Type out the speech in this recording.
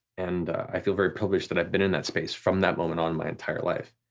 and i feel very privileged that i've been in that space from that moment on my entire life.